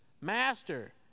Master